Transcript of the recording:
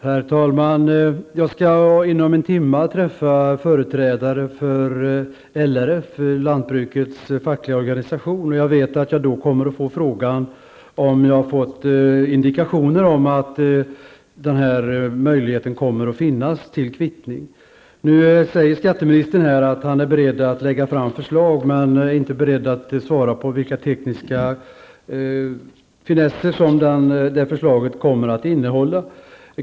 Herr talman! Jag skall inom en timme träffa företrädare för LRF, lantbrukets fackliga organisation, och jag vet att jag då kommer att få frågan om jag erhållit indikationer om att möjligheten till kvittning kommer att finnas. Nu säger skatteministern att han är beredd att lägga fram förslag men inte är beredd att svara på vilka tekniska finesser som detta förslag kommer att innehålla.